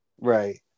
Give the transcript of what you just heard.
Right